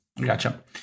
Gotcha